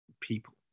people